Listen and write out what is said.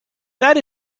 that